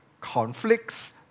conflicts